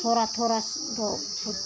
थोड़ा थोड़ा तो